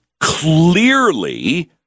clearly